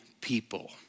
people